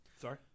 Sorry